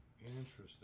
Interesting